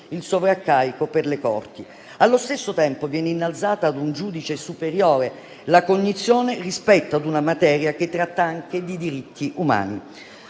il sovraccarico per le corti. Allo stesso tempo, viene innalzata ad un giudice superiore la cognizione rispetto ad una materia che tratta anche di diritti umani.